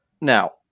Now